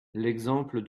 l’exemple